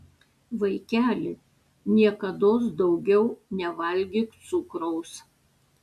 vaikeli niekados daugiau nevalgyk cukraus